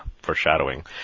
foreshadowing